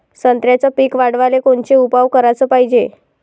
संत्र्याचं पीक वाढवाले कोनचे उपाव कराच पायजे?